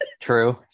True